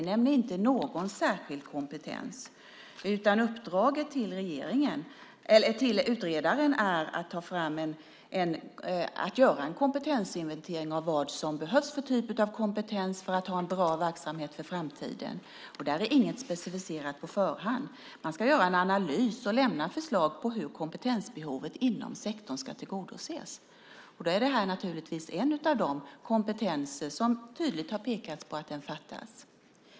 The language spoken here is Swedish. Vi nämner inte någon särskild kompetens, utan uppdraget till utredaren är att göra en kompetensinventering av vad som behövs för att ha en bra verksamhet för framtiden. Inget är specificerat på förhand. Man ska göra en analys och lämna förslag på hur kompetensbehovet inom sektorn ska tillgodoses. Detta är naturligtvis en av de kompetenser som man tydligt har pekat på fattas.